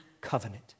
covenant